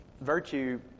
Virtue